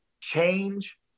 Change